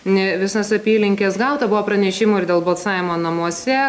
visas apylinkes gauta buvo pranešimų ir dėl balsavimo namuose